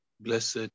blessed